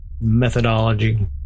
methodology